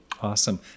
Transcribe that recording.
Awesome